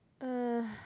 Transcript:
uh